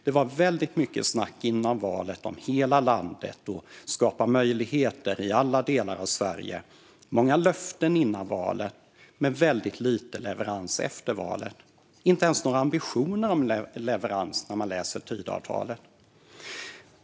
Det var väldigt mycket snack före valet om hela landet och att skapa möjligheter i alla delar av Sverige. Det var många löften före valet men väldigt lite leverans efter valet. Man finner inte ens några ambitioner om leverans när man läser Tidöavtalet.